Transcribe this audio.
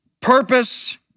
Purpose